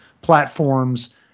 platforms